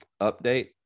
update